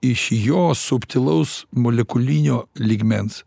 iš jo subtilaus molekulinio lygmens